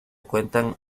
cuentan